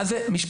מה זה משפחה?